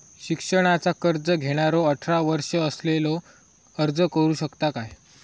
शिक्षणाचा कर्ज घेणारो अठरा वर्ष असलेलो अर्ज करू शकता काय?